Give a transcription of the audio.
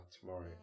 tomorrow